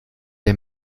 der